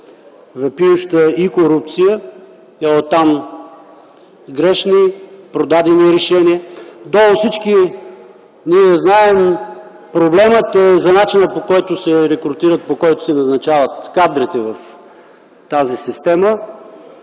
ражда и корупция, а оттам - грешни, продадени решения. Всички ние знаем, проблемът долу е за начина, по който се рекрутират, по който се назначават кадрите в тази система,